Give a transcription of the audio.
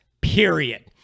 period